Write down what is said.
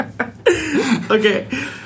Okay